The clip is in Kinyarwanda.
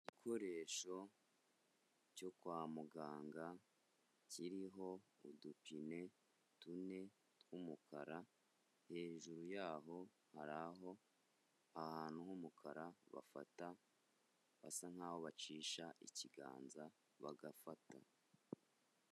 Igikoresho cyo kwa muganga kiriho udupine tune tw'umukara, hejuru yaho hari aho ahantu h'umukara bafata basa nkaho bacisha ikiganza bagafata.